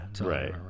right